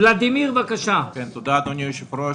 אדוני היושב-ראש.